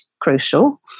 crucial